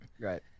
Right